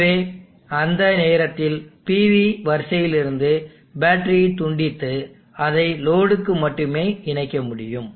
எனவே அந்த நேரத்தில் PV வரிசையிலிருந்து பேட்டரியைத் துண்டித்து அதை லோடுக்கு மட்டுமே இணைக்க முடியும்